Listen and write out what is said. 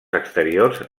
exteriors